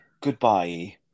goodbye